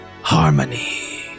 Harmony